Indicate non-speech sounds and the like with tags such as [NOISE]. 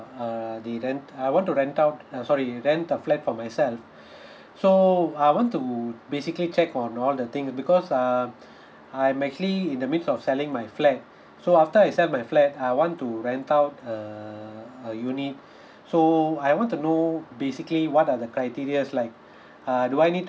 err the rent I want to rent out uh sorry rent a flat for myself [BREATH] so I want to basically check on all the things because um [BREATH] I'm actually in the midst of selling my flat so after I sell my flat I want to rent out uh a unit [BREATH] so I want to know basically what are the criteria's like err do I need